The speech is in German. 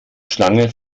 schlange